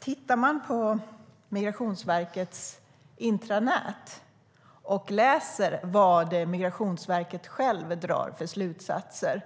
Tittar man på Migrationsverkets intranät och läser vad Migrationsverket självt drar för slutsatser